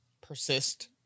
persist